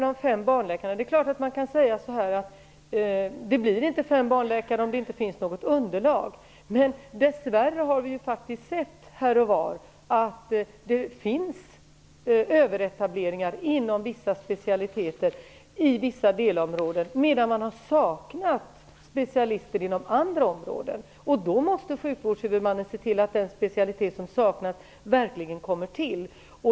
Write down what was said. Det är klart att man kan säga att det inte blir fem barnläkare om det inte finns något underlag. Men dess värre har vi faktiskt sett här och var att det finns överetableringar inom vissa specialiteter i vissa delområden medan man har saknat specialister inom andra områden. Då måste sjukvårdshuvudmannen se till att den specialitet som saknas verkligen kommer till.